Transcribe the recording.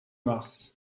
mars